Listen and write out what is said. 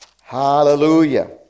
Hallelujah